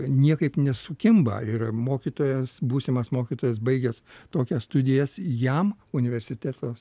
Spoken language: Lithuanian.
niekaip nesukimba ir mokytojas būsimas mokytojas baigęs tokias studijas jam universiteto